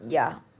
ya